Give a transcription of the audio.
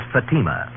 Fatima